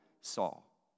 Saul